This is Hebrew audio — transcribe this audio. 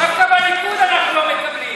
דווקא בליכוד אנחנו לא מקבלים.